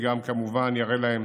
הוא כמובן גם יראה להם